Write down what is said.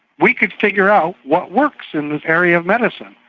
we could figure out what works in this area of medicine.